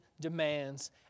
demands